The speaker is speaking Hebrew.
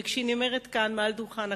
וכשהיא נאמרת כאן, מעל דוכן הכנסת,